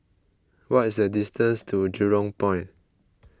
what is the distance to Jurong Point